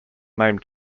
name